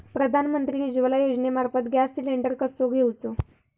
प्रधानमंत्री उज्वला योजनेमार्फत gas cylinder कसो घेऊचो?